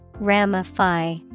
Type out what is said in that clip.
Ramify